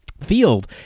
field